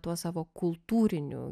tuo savo kultūriniu